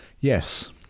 Yes